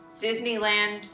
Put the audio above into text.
Disneyland